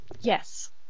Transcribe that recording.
Yes